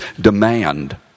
demand